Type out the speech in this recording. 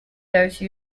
those